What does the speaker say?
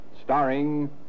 starring